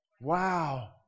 wow